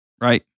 right